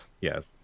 Yes